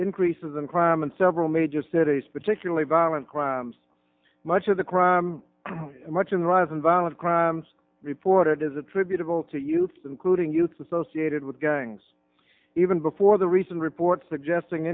increases in crime in several major cities particularly violent crimes much of the crime much in the rise in violent crimes reported is attributable to youth including youth associated with gangs even before the recent reports suggesting